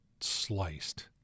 sliced